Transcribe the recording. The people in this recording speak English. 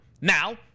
Now